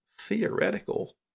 theoretical